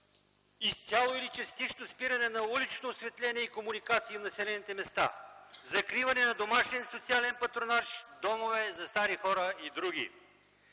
изцяло или частично спиране на уличното осветление или комуникациите в населените места; закриване на домашния социален патронаж, домове за стари хора и други.